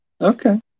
Okay